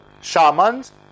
shamans